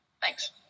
Thanks